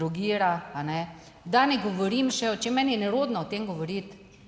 drogira, a ne? Da ne govorim še o čem. Meni je nerodno o tem govoriti,